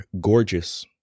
gorgeous